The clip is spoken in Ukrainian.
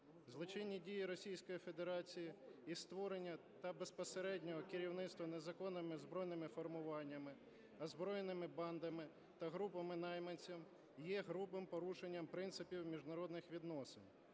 Злочинні дії Російської Федерації і створення та безпосереднє керівництво незаконними збройними формуваннями, збройними бандами та групами найманців є грубим порушенням принципів міжнародних відносин,